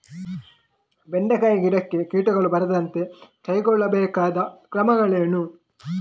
ಬೆಂಡೆಕಾಯಿ ಗಿಡಕ್ಕೆ ಕೀಟಗಳು ಬಾರದಂತೆ ಕೈಗೊಳ್ಳಬೇಕಾದ ಕ್ರಮಗಳೇನು?